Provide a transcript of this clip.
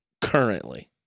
currently